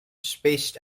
spaced